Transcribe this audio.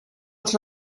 els